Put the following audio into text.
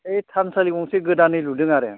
ओइ थानसालि गंसे गोदानै लुदों आरो